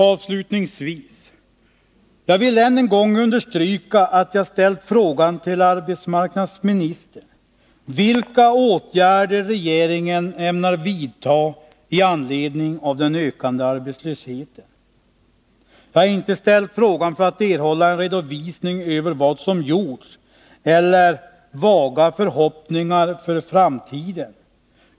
Avslutningsvis vill jag än en gång understryka att jag inte har ställt frågan vilka åtgärder regeringen ämnar vidta i anledning av den ökande arbetslösheten för att av arbetsmarknadsministern erhålla en redovisning över vad som gjorts eller vaga förhoppningar för framtiden.